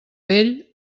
vell